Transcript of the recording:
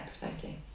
precisely